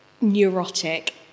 neurotic